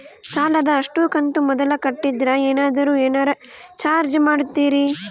ಸಾಲದ ಅಷ್ಟು ಕಂತು ಮೊದಲ ಕಟ್ಟಿದ್ರ ಏನಾದರೂ ಏನರ ಚಾರ್ಜ್ ಮಾಡುತ್ತೇರಿ?